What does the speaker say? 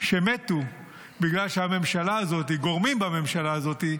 שמתו בגלל שהממשלה הזאת, גורמים בממשלה הזאת,